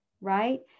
right